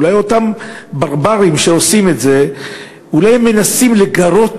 אולי אותם ברברים שעושים את זה מנסים לגרות